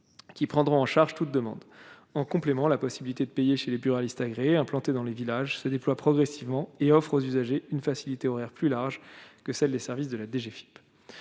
qui prendra en charge toute demande en complément, la possibilité de payer chez les buralistes agréés implanté dans les villages se déploie progressivement et offre aux usagers une facilité horaires plus larges que celles des services de la DGFIP